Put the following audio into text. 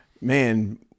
man